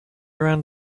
around